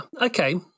Okay